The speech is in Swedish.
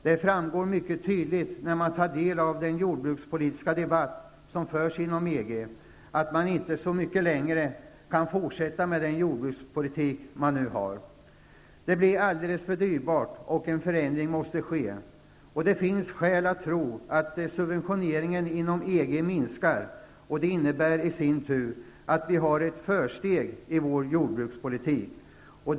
Det framgår mycket tydligt när man tar del av den jordbrukspolitiska debatt som förs inom EG att man inte så mycket längre kan fortsätta med den jordbrukspolitik som man nu har. Det blir alldeles för dyrbart och en förändring måste ske. Det finns skäl att tro att subventioneringen inom EG minskar, och det innebär i sin tur att vi har ett försteg i vår jordbrukspolitik.